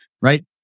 right